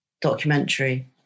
documentary